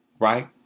Right